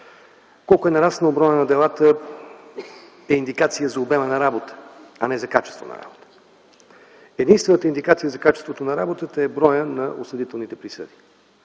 колко е нараснал броят на делата е индикация за обема на работа, а не за качество на работа. Единствената индикация за качеството на работата е броят на осъдителните присъди.